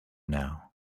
now